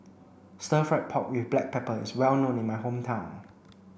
stir fried pork with black pepper is well known in my hometown